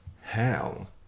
hell